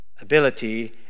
ability